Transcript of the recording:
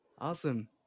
Awesome